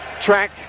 track